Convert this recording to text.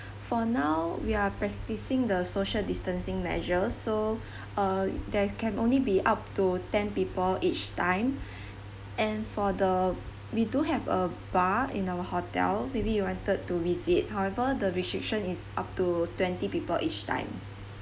for now we're practicing the social distancing measures so uh there can only be up to ten people each time and for the we do have a bar in our hotel maybe you wanted to visit however the restriction is up to twenty people each time